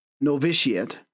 novitiate